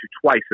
twice